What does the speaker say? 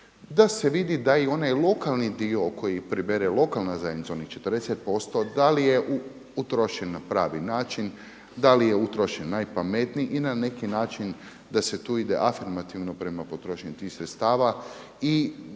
da se vidi da i onaj lokalni dio koji pribere lokalna zajednica onih 40% da li je utrošeno na pravi način, da li je utrošen najpametnije i na neki način da se tu ide afirmativno prema potrošnji tih sredstava i